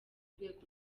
rwego